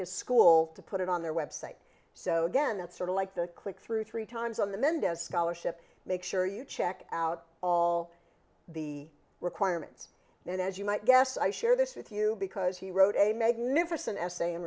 his school to put it on their website so again it sort of like the click through three times on the mendez scholarship make sure you check out all the requirements and as you might guess i share this with you because he wrote a magnificent essay in